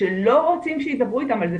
שלא רוצים שידברו איתם על זה,